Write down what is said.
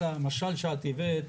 מרוב שאני צריך גם לשמוע וגם להגיב.